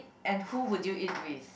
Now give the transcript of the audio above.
and who would you eat with